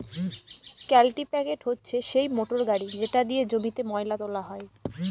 কাল্টিপ্যাকের হচ্ছে সেই মোটর গাড়ি যেটা দিয়ে জমিতে ময়লা তোলা হয়